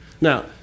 Now